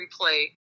replay